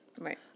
Right